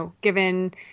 given